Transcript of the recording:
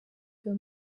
iyo